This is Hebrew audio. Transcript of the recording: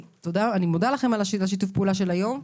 אני מודה לכם על שיתוף הפעולה היום,